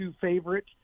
favorite